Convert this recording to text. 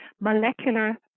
molecular